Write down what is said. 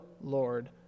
Lord